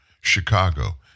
Chicago